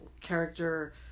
character